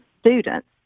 students